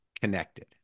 connected